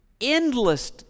endless